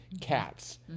cats